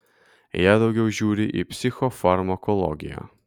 jie daugiau žiūri į psichofarmakologiją